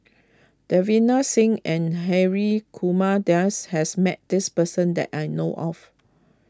Davinder Singh and Hri Kumar Nair has met this person that I know of